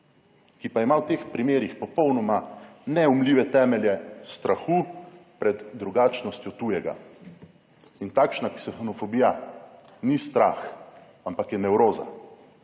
ki pa ima v teh primerih popolnoma neumljive temelje strahu pred drugačnostjo tujega in takšna ksenofobija ni strah, ampak je nevroza